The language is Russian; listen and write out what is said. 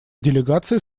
делегации